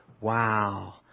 Wow